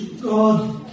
God